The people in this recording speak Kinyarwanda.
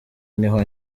niho